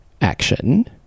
action